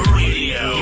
radio